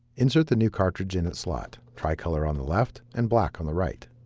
insert the new cartridge in its slot, tri-color on the left and black on the right.